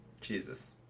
Jesus